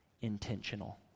intentional